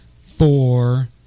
Four